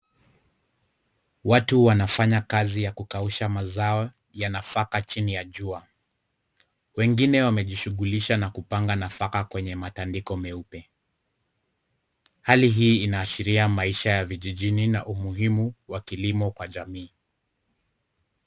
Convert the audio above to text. Watu wanafanya kazi ya kukausha mazao ya nafaka chini ya jua. Wengine wamejishughulisha na kupanga nafaka kwenye matandiko meupe. Hali hii inaashiria maisha ya vijijini na umuhimu wa kilimo kwa jamii.